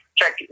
check